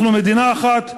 אנחנו מדינה אחת.